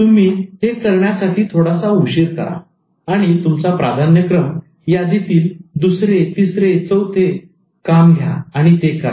तुम्ही हे करण्यासाठी थोडासा उशीर करा आणि तुमच्या प्राधान्य क्रम यादीतील दुसरे तिसरे चौथे काम घ्या आणि ते करा